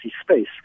space